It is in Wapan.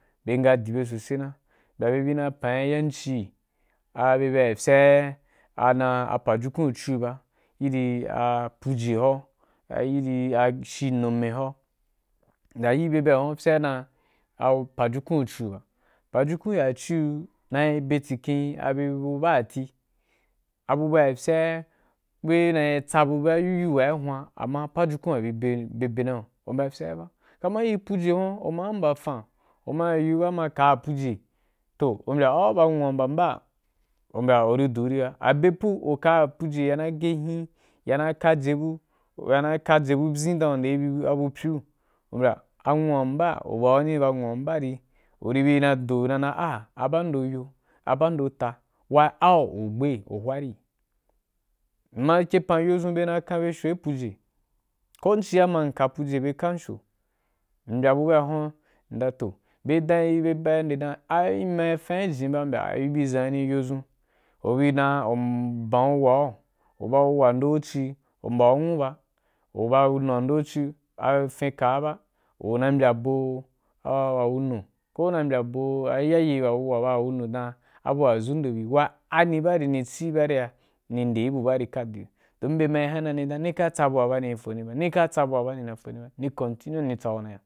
Mbe nga di be sosai na mba be bi na pan yanzhi’i a be bi except a ana apajukun chuo ga iri a puje howa, iri a shu nume howa, mbya deidei ahuwa pye dan be pajukun chiso ba, pajukun chuo be betsi ken a bye badati abu be except wei yiyu wa i huan amma pajukun be bi be nau, umbyafyeba kama irin puje hwuan, a mbfan uma ya yīu ba ma ya ka puje toh u mbya au ba nuu wa mba mba mbya un du ri ba, abepu ukaiya puje na ge hin ya na ka jebun, u ya na ka jebu byín den una ndei bi yi bu pyu, umbya anwu wa mbamba, u bau ni ba nuu wa mbaba ri, uri bi na do ma dan a ban do yo, a ban do ta while a au u gbe hwan. Mma kyepaa a byezun byena kanbe sho gi puje ko am ci a ma m ka puje bye kan sho mbya bu ba huan, mda toh bye danyi bau bye da yin dan ai ima fai ji ba di iri bi zan wani bye zun uri dan u ban wuwa, uri ba wuwando’u ci, u mma’u nwuba u ba a nwunu wando’u ci a fin ka ba, unayi mbya bo wa wunu ko una mbyo bo a iyaye wa wuwa ba wa awunu nda abu wa zundo bi while aní bari ni ci bariya ni nde bu ba ba ka duni don bye ma yi hana ni bye ma dan nika tsa bu a ba ni fo niba ni ka tsa bua ba ni na foni ba, ni continue ni tsa gu na ya ya.